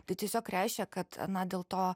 tai tiesiog reiškia kad na dėl to